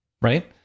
Right